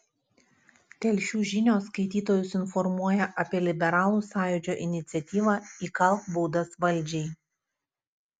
telšių žinios skaitytojus informuoja apie liberalų sąjūdžio iniciatyvą įkalk baudas valdžiai